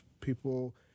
people